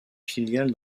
filiale